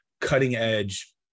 cutting-edge